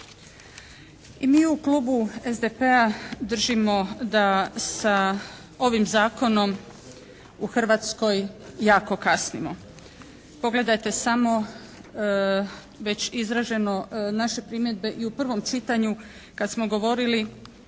I mi u klubu SDP-a držimo da sa ovim zakonom u Hrvatskoj jako kasnimo. Pogledajte samo već izraženo, naše primjedbe i u pravom čitanju kad smo govorili